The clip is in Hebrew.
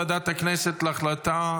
של חבר הכנסת אלון שוסטר,